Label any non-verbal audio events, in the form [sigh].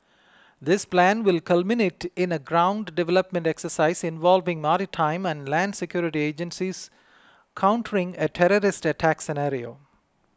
this plan will culminate in a ground deployment exercise involving maritime and land security agencies countering a terrorist attacks [unintelligible]